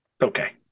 Okay